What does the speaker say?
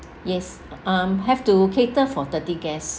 yes um have to cater for thirty guests